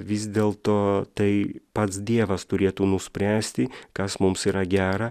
vis dėlto tai pats dievas turėtų nuspręsti kas mums yra gera